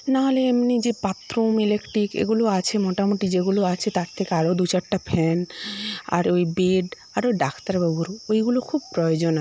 নাহলে এমনি যে বাথরুম ইলেকট্রিক এগুলো আছে মোটামুটি যেগুলো আছে তার থেকে আরও দু চারটা ফ্যান আরও বেড আরও ডাক্তারবাবুর ওইগুলোর খুব প্রয়োজন আছে